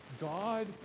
God